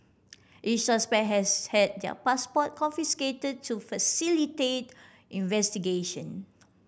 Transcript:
each suspect has had their passport confiscated to facilitate investigation